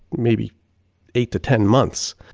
maybe eight to ten months.